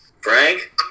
Frank